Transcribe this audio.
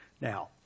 Now